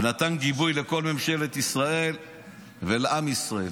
ונתן גיבוי לכל ממשלת ישראל ולעם ישראל.